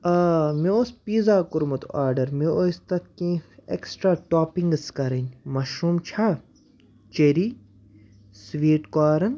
آ مےٚ اوس پیٖزا کوٚرُت آرڈر مےٚ ٲسۍ تَتھ کیٚنہہ اٮ۪کٕسٹرا ٹاپِنگٕس کرٕنۍ مَشروٗم چھا چیری سُویٖٹ کورٕن